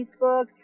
Facebook